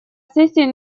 сессия